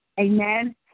Amen